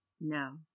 No